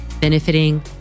benefiting